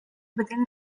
within